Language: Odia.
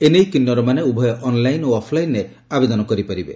ଏ ନେଇ କିନୁରମାନେ ଉଭୟ ଅନଲାଇନ ଓ ଅଫ୍ଲାଇନରେ ଆବେଦନ କରିପାରିବେ